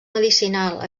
medicinal